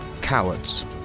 Cowards